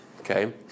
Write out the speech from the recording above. Okay